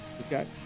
Okay